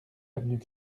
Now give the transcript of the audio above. avenue